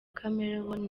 chameleone